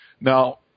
Now